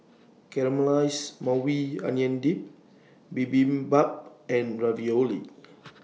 Caramelized Maui Onion Dip Bibimbap and Ravioli